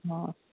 অঁ